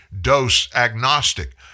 dose-agnostic